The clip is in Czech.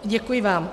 Děkuji vám.